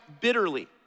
bitterly